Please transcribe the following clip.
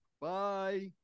Bye